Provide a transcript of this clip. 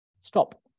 stop